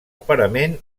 parament